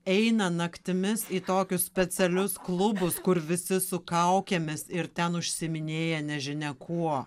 eina naktimis į tokius specialius klubus kur visi su kaukėmis ir ten užsiiminėja nežinia kuo